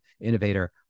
innovator